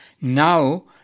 Now